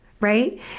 right